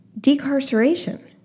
Decarceration